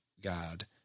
God